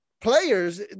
players